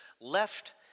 left